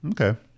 Okay